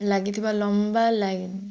ଲାଗିଥିବା ଲମ୍ବା ଲାଇନ୍